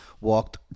walked